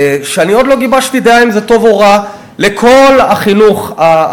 שאני עוד לא גיבשתי דעה אם הוא טוב או רע: לכל החינוך הפרטי,